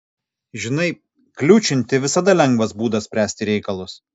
žinai kliūčinti visada lengvas būdas spręsti reikalus